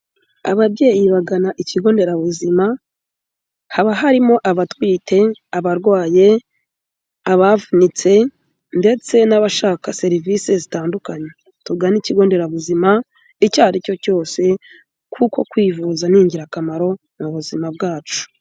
Ababyeyi bagana ikigo nderabuzima, haba harimo abatwite, abarwaye, abavunitse ndetse n'abashaka serivisi zitandukanye, tugane ikigo nderabuzima icyo ari cyo cyose kuko kwivuza ni ingirakamaro mu buzima bwacu.